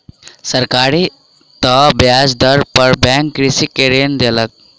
सरकारी तय ब्याज दर पर बैंक कृषक के ऋण देलक